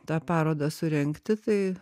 tą parodą surengti tai